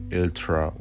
ultra